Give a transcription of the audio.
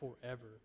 forever